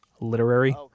literary